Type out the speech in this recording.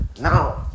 Now